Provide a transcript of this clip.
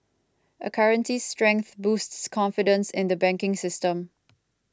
a currency's strength boosts confidence in the banking system